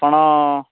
ଆପଣ